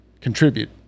Contribute